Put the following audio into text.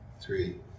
three